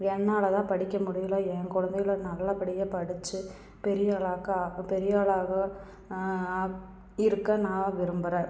என்னால்தான் படிக்கமுடியல என் குழந்தைகள நல்லப்படியாக படித்து பெரியாளாக்க பெரியாளாக இருக்க நான் விரும்புகிறேன்